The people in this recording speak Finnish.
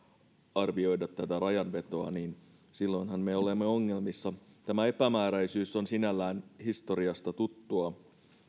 arvioida tätä rajanvetoa niin silloinhan me olemme ongelmissa tämä epämääräisyys on sinällään historiasta tuttua